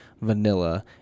Vanilla